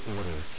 Order